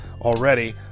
already